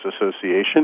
Association